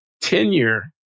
tenure